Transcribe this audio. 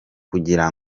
kugira